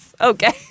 Okay